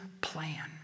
plan